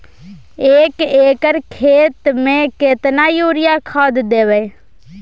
एक एकर खेत मे केतना यूरिया खाद दैबे?